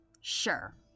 Sure